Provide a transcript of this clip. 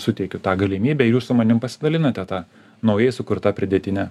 suteikiu tą galimybę jūs su manimi pasidalinate tą naujai sukurta pridėtine